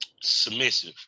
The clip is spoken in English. submissive